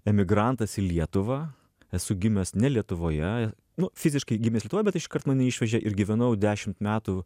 emigrantas į lietuvą esu gimęs ne lietuvoje nu fiziškai gimęs lietuvoje bet iškart mane išvežė ir gyvenau dešimt metų